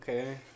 Okay